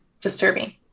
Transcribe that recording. disturbing